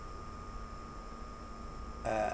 uh